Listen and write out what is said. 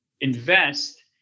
invest